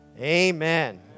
Amen